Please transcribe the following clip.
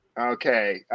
Okay